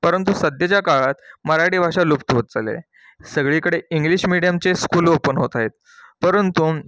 परंतु सध्याच्या काळात मराठी भाषा लुप्त होत चाललेली आहे सगळीकडे इंग्लिश मिडीयमचे स्कूल ओपन होत आहेत परंतु